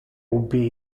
ubi